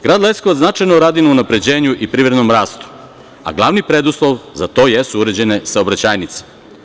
Grad Leskovac značajno radi na unapređenju i privrednom rastu, a glavni preduslov za to jesu uređene saobraćajnice.